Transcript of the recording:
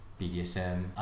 BDSM